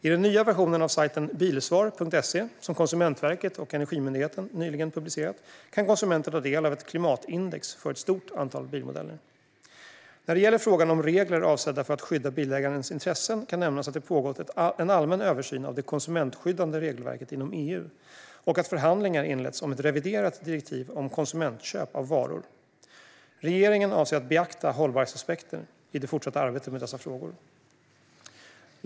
I den nya versionen av sajten bilsvar.se, som Konsumentverket och Energimyndigheten nyligen har publicerat, kan konsumenter ta del av ett klimatindex för ett stort antal bilmodeller. När det gäller frågan om regler avsedda att skydda bilägarens intressen kan nämnas att det har pågått en allmän översyn av det konsumentskyddande regelverket inom EU och att förhandlingar inletts om ett reviderat direktiv om konsumentköp av varor. Regeringen avser att beakta hållbarhetsaspekter i det fortsatta arbetet med dessa frågor.